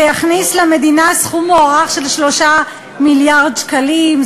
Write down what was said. זה יכניס למדינה סכום מוערך של 3 מיליארד שקלים,